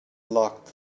locked